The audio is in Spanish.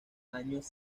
años